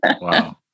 Wow